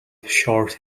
short